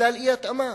בגלל אי-התאמה.